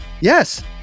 yes